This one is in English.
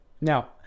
Now